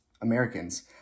Americans